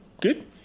good